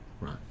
Right